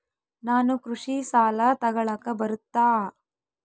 ನಾನು ಕೃಷಿ ಸಾಲ ತಗಳಕ ಬರುತ್ತಾ?